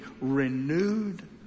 renewed